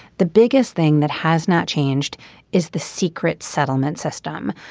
the biggest thing that has not changed is the secret settlement system.